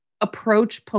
approach